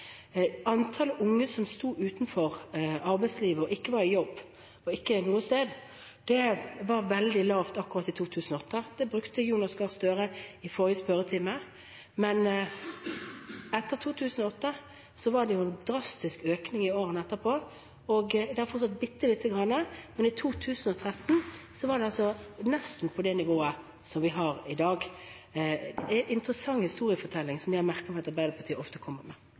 Antallet unge som sto utenfor arbeidslivet og ikke var i jobb – ikke noe sted – var veldig lavt i 2008. Det brukte Jonas Gahr Støre i forrige spørretime – men i årene etter 2008 var det en drastisk økning. Og det er fortsatt bitte lite grann. Men i 2013 var det altså nesten på det nivået som vi har i dag. Det er en interessant historiefortelling, som jeg merker meg at Arbeiderpartiet ofte kommer med.